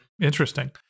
Interesting